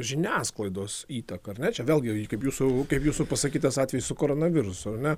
žiniasklaidos įtaką ar ne čia vėlgi kaip jūsų kaip jūsų pasakytas atvejis su koronavirusu ar ne